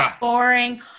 boring